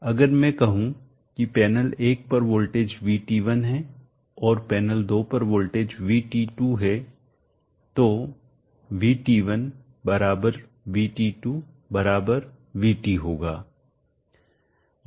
अगर मैं कहूं कि पैनल 1 पर वोल्टेज VT1 है और पैनल 2 पर वोल्टेज VT2 है तो VT1 VT2 VT होगा